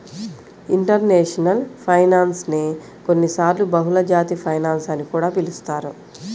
international finance నే కొన్నిసార్లు బహుళజాతి ఫైనాన్స్ అని కూడా పిలుస్తారు